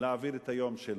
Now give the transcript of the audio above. להעביר את היום שלו.